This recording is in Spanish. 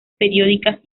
periódicas